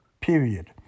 period